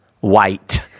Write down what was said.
White